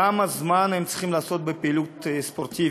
כמה זמן הם צריכים לעסוק בפעילות ספורטיבית?